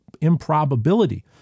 improbability